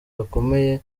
gakomeye